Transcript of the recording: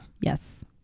Yes